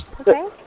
Okay